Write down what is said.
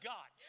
God